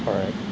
correct